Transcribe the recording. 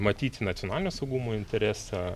matyti nacionalinio saugumo interesą